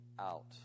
out